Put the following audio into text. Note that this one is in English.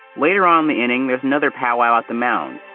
later on the inning, there's another powwow at the mound.